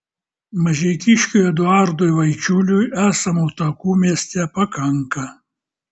mažeikiškiui eduardui vaičiuliui esamų takų mieste pakanka